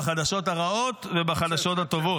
בחדשות הרעות ובחדשות הטובות.